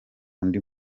undi